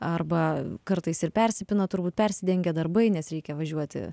arba kartais ir persipina turbūt persidengia darbai nes reikia važiuoti